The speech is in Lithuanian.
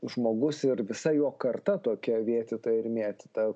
žmogus ir visa jo karta tokia vėtyta ir mėtyta